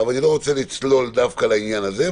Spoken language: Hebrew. אבל אני לא רוצה לצלול דווקא לעניין הזה.